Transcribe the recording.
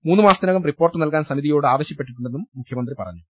മൂന്നുമാസത്തിനകം report നൽകാൻ സമിതിയോട് ആവശ്യപ്പെട്ടിട്ടുണ്ടെന്നും മുഖ്യമന്ത്രി പറഞ്ഞു